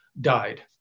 died